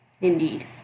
indeed